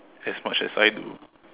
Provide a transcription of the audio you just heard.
as much as I do